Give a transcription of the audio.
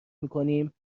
میکنیم